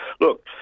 look